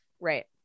right